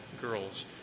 girls